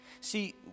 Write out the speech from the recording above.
See